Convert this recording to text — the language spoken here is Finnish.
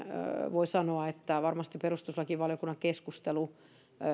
voi sanoa että varmasti perustuslakivaliokunnan keskustelu